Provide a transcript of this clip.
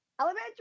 Elementary